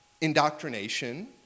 indoctrination